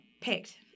picked